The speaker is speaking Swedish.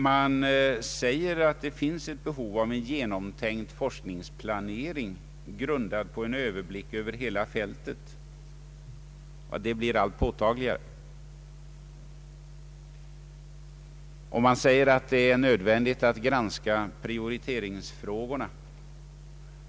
Utskottet säger, att ”utvecklingen under senare år har gjort behovet av genomtänkt forskningsplanering grundad på överblick över hela fältet allt påtagligare” och att det är nödvändigt att granska planeringsfrågorna.